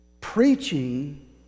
Preaching